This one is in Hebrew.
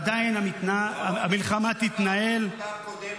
-- ועדיין המלחמה תתנהל,